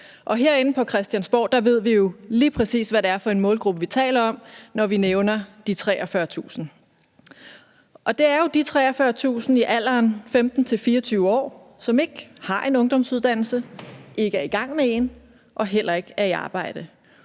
herinde på Christiansborg ved vi jo lige præcis, hvad det er for en målgruppe, vi taler om, når vi nævner de 43.000, og det er de 43.000 i alderen 15-24 år, som ikke har en ungdomsuddannelse, som ikke er i gang med en, og som heller ikke er i arbejde,